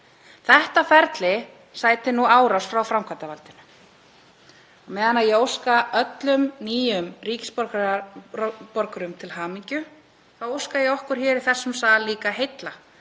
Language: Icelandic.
Þetta ferli sætir árás frá framkvæmdarvaldinu. Um leið og ég óska öllum nýjum ríkisborgurum til hamingju óska ég okkur hér í þessum sal líka heilla